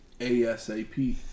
ASAP